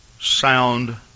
sound